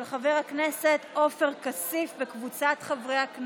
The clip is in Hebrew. לא נתקבלה.